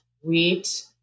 wheat